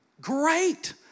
Great